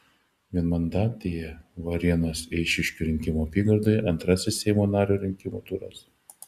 vienmandatėje varėnos eišiškių rinkimų apygardoje antrasis seimo nario rinkimų turas